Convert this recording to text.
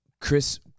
Chris